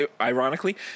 ironically